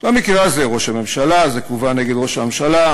במקרה הזה ראש הממשלה, זה כוון נגד ראש הממשלה.